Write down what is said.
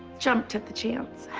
jumped at the chance.